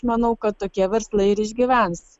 manau kad tokie verslai ir išgyvens